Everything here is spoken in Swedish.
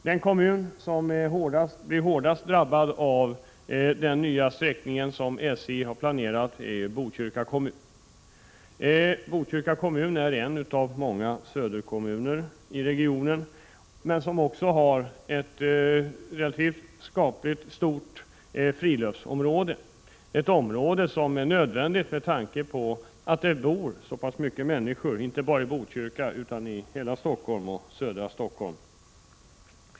Den kommun som blir hårdast drabbad av den nya sträckning som har planerats är Botkyrka. Botkyrka kommun är en av de många söderkommuner som har ett relativt stort friluftsområde, ett område som är nödvändigt med tanke på att det bor så mycket människor inte bara i själva Botkyrka utan i hela södra Stockholm.